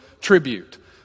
tribute